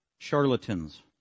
charlatans